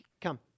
Come